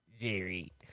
Jerry